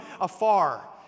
afar